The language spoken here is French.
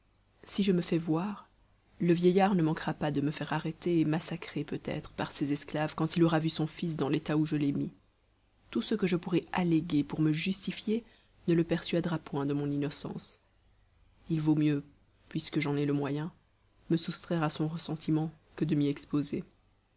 si je me fais voir le vieillard ne manquera pas de me faire arrêter et massacrer peut-être par ses esclaves quand il aura vu son fils dans l'état où je l'ai mis tout ce que je pourrai alléguer pour me justifier ne le persuadera point de mon innocence il vaut mieux puisque j'en ai le moyen me soustraire à son ressentiment que de